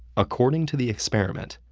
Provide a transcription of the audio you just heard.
according to the experiment,